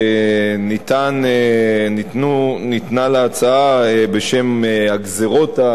שניתנה להצעה בשם: הגזירות הכלכליות.